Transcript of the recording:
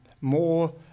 more